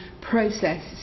process